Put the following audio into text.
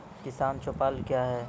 किसान चौपाल क्या हैं?